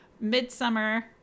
midsummer